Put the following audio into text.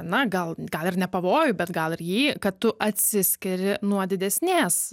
na gal gal ir ne pavojų bet gal ir jį kad tu atsiskiri nuo didesnės